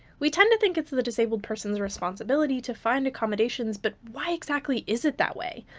we tend to think its the disabled person's responsibility to find accommodations, but why exactly is it that way?